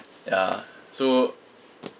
ya so